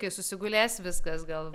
kai susigulės viskas gal